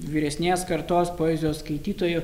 vyresnės kartos poezijos skaitytojų